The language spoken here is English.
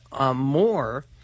more